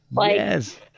Yes